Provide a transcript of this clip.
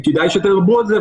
וכדאי שתדברו על זה.